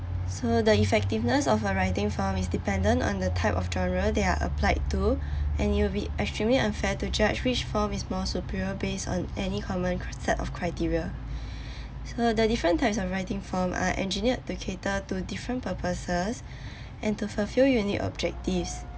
so the effectiveness of a writing form is dependent on the type of genre they are applied to and it'll be extremely unfair to judge which form is more superior based on any common set of criteria so the different types of writing form are engineered to cater to different purposes and to fulfil unique objectives